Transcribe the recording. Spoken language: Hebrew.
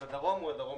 אז הדרום הוא הדרום